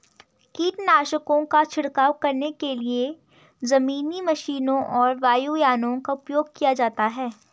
कीटनाशकों का छिड़काव करने के लिए जमीनी मशीनों और वायुयानों का उपयोग किया जाता है